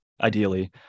ideally